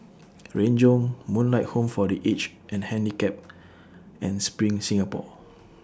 Renjong Moonlight Home For The Aged and Handicapped and SPRING Singapore